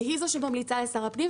והיא זו שממליצה לשר הפנים.